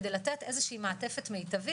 כדי לתת איזושהי מעטפת מיטבית,